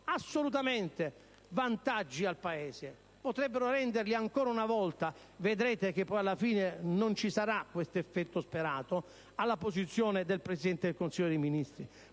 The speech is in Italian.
assolutamente vantaggi al Paese: potrebbero renderli ancora una volta (ma vedrete che poi, alla fine, non ci sarà questo effetto sperato) alla posizione del Presidente del Consiglio dei ministri,